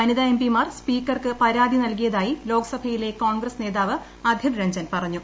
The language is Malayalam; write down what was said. വനിതാ എം പി മാർ സ്പീക്കർക്ക് പരാതി നൽകിയതായി ലോക്സഭയിലെ കോൺഗ്രസ് നേതാവ് അധിർ രഞ്ജൻ പറഞ്ഞു